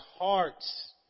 hearts